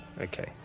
Okay